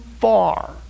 far